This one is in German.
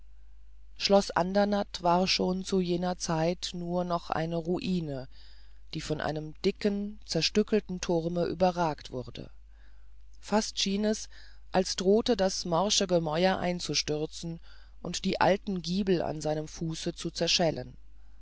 schloß andernatt war schon zu jener zeit nur noch eine ruine die von einem dicken zerstückelten thurm überragt wurde fast schien es als drohte das morsche gemäuer einzustürzen und die alten giebel an seinem fuße zu zerschellen